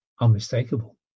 Unmistakable